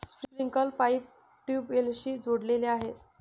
sprinkler pipe ट्यूबवेल्सशी जोडलेले आहे